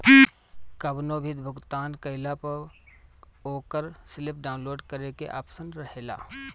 कवनो भी भुगतान कईला पअ ओकर स्लिप डाउनलोड करे के आप्शन रहेला